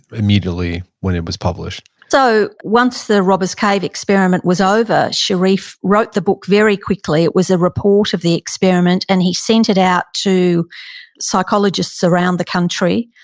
immediately when it was published? so once the robbers cave experiment was over, sherif wrote the book very quickly. it was a report of the experiment. and he sent it out to psychologists around the country.